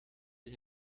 and